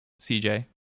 CJ